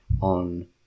on